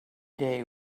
day